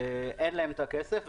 אין להן הכסף,